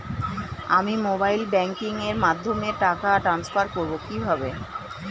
আমি mobile banking এর মাধ্যমে টাকা টান্সফার করব কিভাবে?